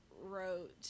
wrote